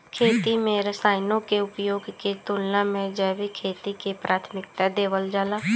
खेती में रसायनों के उपयोग के तुलना में जैविक खेती के प्राथमिकता देवल जाला